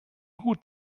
gut